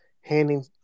handing